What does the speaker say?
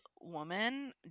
woman